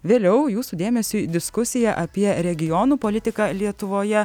vėliau jūsų dėmesiui diskusija apie regionų politiką lietuvoje